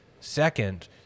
Second